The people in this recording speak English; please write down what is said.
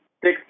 six